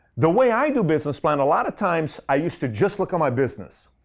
the way i do business plan, a lot of times i used to just look at my business.